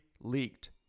leaked